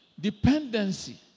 dependency